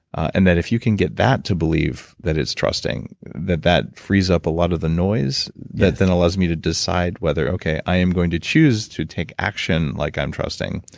and that if you can get that to believe that it's trusting, that that frees up a lot of the noise, that then allows me to decide whether i am going to choose to take action like i'm trusting,